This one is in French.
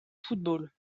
football